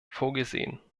vorgesehen